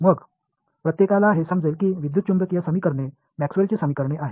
मग प्रत्येकाला हे समजेल की विद्युत चुंबकीय समीकरणे मॅक्सवेलची समीकरणे आहेत